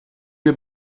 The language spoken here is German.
wir